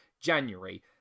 January